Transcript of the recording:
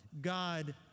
God